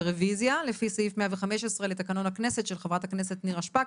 ברביזיה לפי סעיף 105 לתקנון הכנסת של חברת הכנסת נירה שפק.